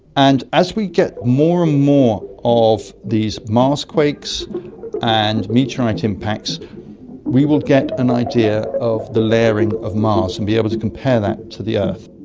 and as we get more and more of these mars-quakes and meteorite impacts we will get an idea of the layering of mars and be able to compare that to the earth.